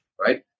Right